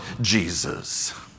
Jesus